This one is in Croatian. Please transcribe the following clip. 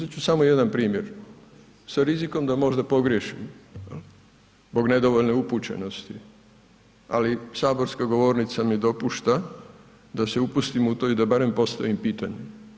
Uzet ću samo jedan primjer sa rizikom da možda pogriješim zbog nedovoljne upućenosti, ali saborska govornica mi dopušta da se upustim u to i da barem postavim pitanje.